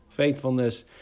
Faithfulness